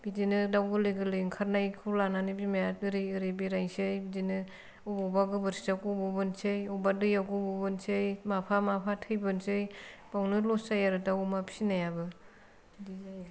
बिदिनो दाउ गोरलै गोरलै ओंखारनायखौ लानानै बिमाया ओरै ओरै बेरायनोसै बिदिनो अबावबा गोबोरखिआव गब'बोनोसै अबावबा दैयाव गब'बोनोसै माफा माफा थैबोनोसै बावनो लस जायो आरो दाउ अमा फिसिनायाबो बिदि जायो